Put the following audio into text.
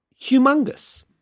humongous